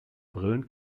brillen